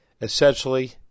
essentially